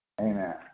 amen